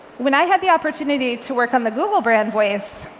when i had the opportunity to work on the google brand voice,